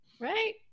Right